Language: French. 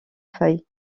feuilles